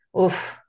Oof